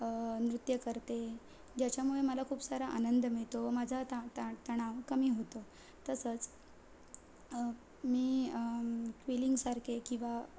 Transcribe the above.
नृत्य करते ज्याच्यामुळे मला खूप सारा आनंद मिळतो व माझा ता ता तणाव कमी होतो तसंच मी क्विलिंगसारखे किंवा